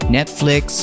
Netflix